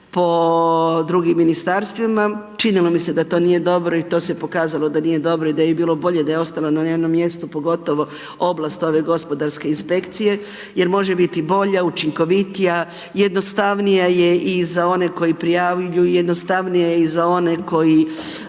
po drugim ministarstvima. Činilo mi se da to nije dobro i to se pokazalo da to nije dobro i da je bilo bolje da je ostalo na njenom mjestu pogotovo …/Govornik se ne razumije./… ove gospodarske inspekcije, jer može biti bolja, učinkovitija, jednostavnija je i za one koji prijavljuju, jednostavnija je za one koji